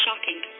shocking